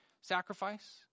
sacrifice